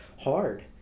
hard